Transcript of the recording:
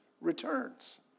returns